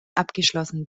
abgeschlossen